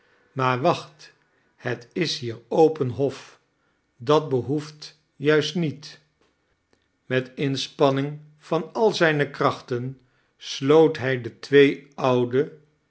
maar wacht het is hier open hof dat behoeft juist niet met inspanning van al zijne krachten sloot hij de twee oude